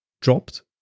dropped